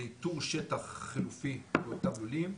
לאיתור שטח חלופי לאותם לולים.